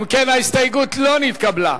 אם כן, ההסתייגות לא נתקבלה.